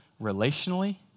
relationally